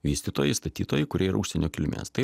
vystytojai statytojai kurie yra užsienio kilmės tai